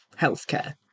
healthcare